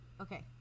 Okay